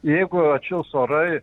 jeigu atšils orai